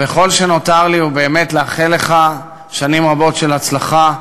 וכל מה שנותר לי הוא באמת לאחל לך שנים רבות של הצלחה,